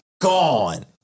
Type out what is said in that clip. gone